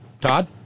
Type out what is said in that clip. Todd